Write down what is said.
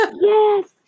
yes